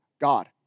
God